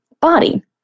body